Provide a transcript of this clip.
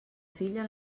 filla